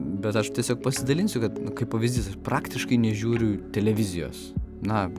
bet aš tiesiog pasidalinsiu kad kaip pavyzdys aš praktiškai nežiūriu televizijos na